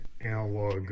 Analog